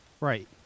Right